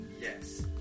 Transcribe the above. yes